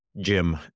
Jim